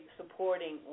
supporting